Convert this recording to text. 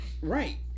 Right